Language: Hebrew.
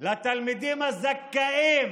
לתלמידים הזכאים